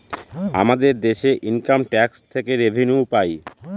আমাদের দেশে income tax থেকে রেভিনিউ পাই